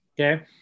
Okay